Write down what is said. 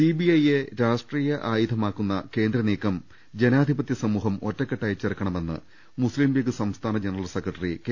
CBI യെ രാഷ്ട്രീയ ആയുധമാക്കുന്ന കേന്ദ്ര നീക്കം ജനാധിപതൃ സമൂഹം ഒറ്റക്കെട്ടായി ചെറുക്കണമെന്ന് മുസ്തീം ലീഗ് സംസ്ഥാന ജനറൽ സെക്രട്ടറി കെ